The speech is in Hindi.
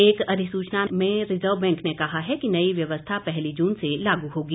एक अधिसूचना में रिजर्व बैंक ने कहा है कि नई व्यवस्था पहली जून से लागू होगी